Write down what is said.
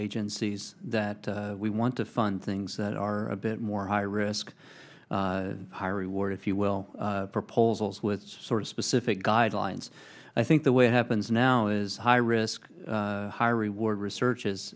agencies that we want to fund things that are a bit more high risk high reward if you will proposals with sort of specific guidelines i think the way it happens now is high risk high reward research is